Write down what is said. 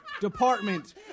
department